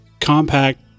compact